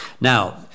Now